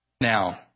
Now